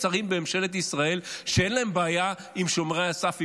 שרים בממשלת ישראל שאין להם בעיה עם שומרי הסף,